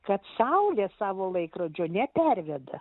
kad saulė savo laikrodžio neperveda